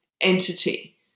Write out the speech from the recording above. entity